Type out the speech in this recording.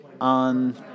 on